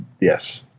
yes